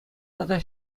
тата